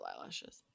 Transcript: eyelashes